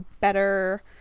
better